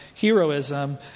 heroism